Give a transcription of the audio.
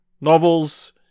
novels